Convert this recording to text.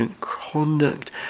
conduct